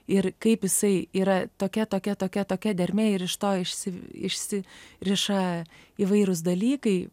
ir kaip jisai yra tokia tokia tokia tokia dermė ir iš to išsi riša įvairūs dalykai